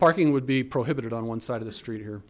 parking would be prohibited on one side of the street here